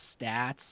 stats